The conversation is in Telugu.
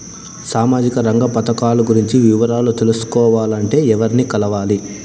సామాజిక రంగ పథకాలు గురించి వివరాలు తెలుసుకోవాలంటే ఎవర్ని కలవాలి?